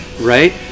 right